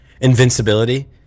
invincibility